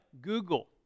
Google